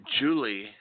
Julie